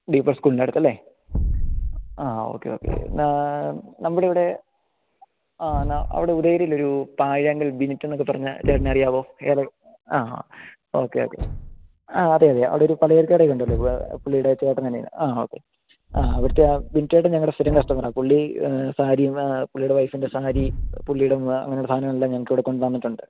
De Paul സ്കൂളിന്റെ അടുത്തല്ലേ ആ ഓക്കേ ഓക്കേ എന്നാൽ നമ്മുടെ ഇവിടെ ആ എന്നാൽ അവിടെ ഉദയഗിരിയില് ഒരു തായാങ്കൽ ബിനിറ്റെന്നൊക്കെ പറഞ്ഞ ചേട്ടനെ അറിയാവോ ഏത് ആ ആ ഓക്കേ ഓക്കേ ആ അതെയതെ അവിടെ ഒരു പലചരക്ക് കടയൊക്കെ ഉണ്ടല്ലോ ഇപ്പോൾ പുള്ളിയുടെ ചേട്ടന് അനിയന് ആഹ് ഓക്കേ അവിടുത്തെ ആ ബിനുചേട്ടന് ഞങ്ങളുടെ സ്ഥിരം കസ്റ്റമറാണ് പുള്ളി സാരിയും പുള്ളിയുടെ വൈഫിന്റെ സാരി പുള്ളിയുടെ അങ്ങനെയുള്ള സാധനങ്ങളെല്ലാം ഞങ്ങള്ക്കിവിടെ കൊണ്ട് തന്നിട്ടുണ്ട്